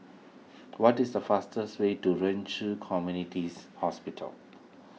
what is the fastest way to Ren Ci Communities Hospital